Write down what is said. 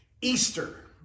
Easter